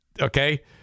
Okay